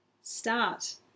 Start